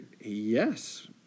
Yes